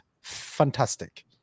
fantastic